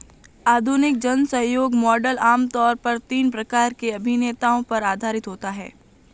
आधुनिक जनसहयोग मॉडल आम तौर पर तीन प्रकार के अभिनेताओं पर आधारित होता है